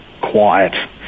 quiet